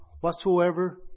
whatsoever